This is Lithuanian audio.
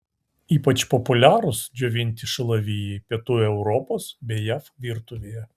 ypač populiarūs džiovinti šalavijai pietų europos bei jav virtuvėje